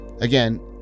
again